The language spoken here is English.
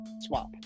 swap